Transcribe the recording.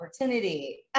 opportunity